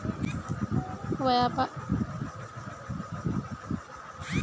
व्यापार हमार लोन भेजुआ तारीख को हुआ?